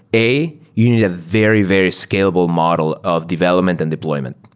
a, you need a very, very scalable model of development and deployment.